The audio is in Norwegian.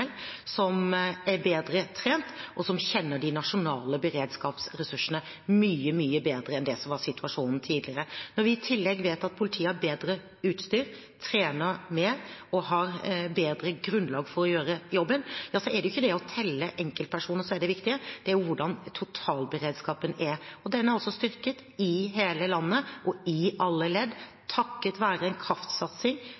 som er bedre trent, og som kjenner de nasjonale beredskapsressursene mye, mye bedre enn det som var situasjonen tidligere. Når vi i tillegg vet at politiet har bedre utstyr, trener mer og har bedre grunnlag for å gjøre jobben, er det ikke å telle enkeltpersoner som er det viktige, det er hvordan totalberedskapen er. Den er altså styrket i hele landet og i alle